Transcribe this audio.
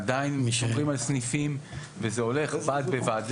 עדיין --- על סניפים וזה הולך בד בבד.